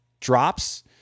drops